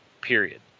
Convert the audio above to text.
period